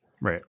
Right